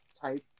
type